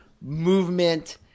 movement